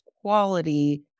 quality